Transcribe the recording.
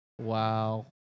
Wow